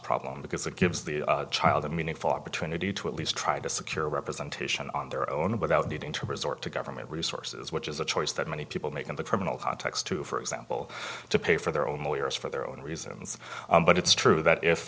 problem because it gives the child a meaningful opportunity to at least try to secure representation on their own without needing to resort to government resources which is a choice that many people make in the criminal context too for example to pay for their own lawyers for their own reasons but it's true that if